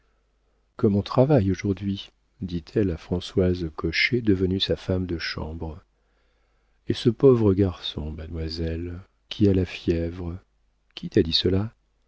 on travaille aujourd'hui dit-elle à françoise cochet devenue sa femme de chambre et ce pauvre garçon mademoiselle qui a la fièvre qui t'a dit cela